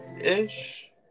ish